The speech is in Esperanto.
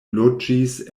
loĝis